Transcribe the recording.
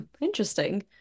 interesting